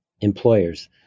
employers